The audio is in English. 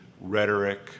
rhetoric